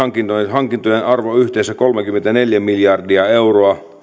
hankintojen arvo on yhteensä kolmekymmentäneljä miljardia euroa